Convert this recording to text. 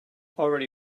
already